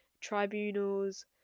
tribunals